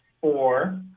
four